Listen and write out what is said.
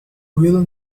will